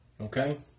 Okay